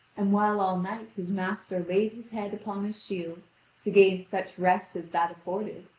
and while all night his master laid his head upon his shield to gain such rest as that afforded,